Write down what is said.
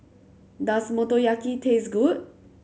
does Motoyaki taste good